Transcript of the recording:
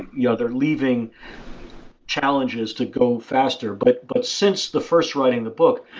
yeah. they are leaving challenges to go faster. but but since the first writing the book,